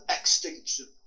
extinction